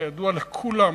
כידוע לכולם,